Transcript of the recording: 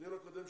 בדיון הקודם,